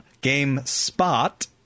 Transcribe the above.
GameSpot